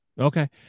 Okay